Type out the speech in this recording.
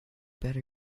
better